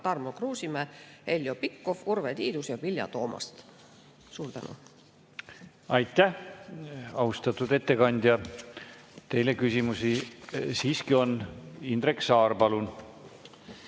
Tarmo Kruusimäe, Heljo Pikhof, Urve Tiidus ja Vilja Toomast. Suur tänu! Aitäh, austatud ettekandja! Teile küsimusi siiski on. Indrek Saar, palun!